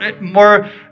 more